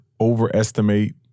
overestimate